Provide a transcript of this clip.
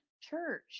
church